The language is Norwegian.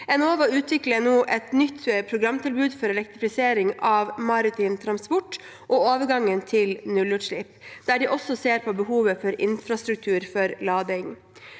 Enova utvikler nå et nytt programtilbud for elektrifisering av maritim transport og overgangen til nullutslipp, der de også ser på behovet for infrastruktur for lading.